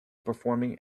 performing